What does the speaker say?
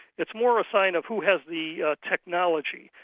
it's more a sign of who has the technology,